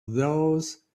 those